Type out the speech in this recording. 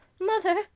mother